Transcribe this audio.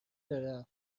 دارم